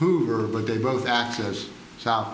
hoover but they both actors sou